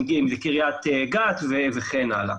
אם זאת קריית גת וכן הלאה.